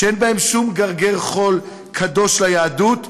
שאין בהם שום גרגר חול קדוש ליהדות,